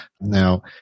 Now